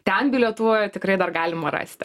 ten bilietų tikrai dar galima rasti